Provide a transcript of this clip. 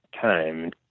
time